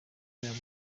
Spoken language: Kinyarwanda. byabo